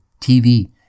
TV